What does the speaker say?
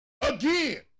Again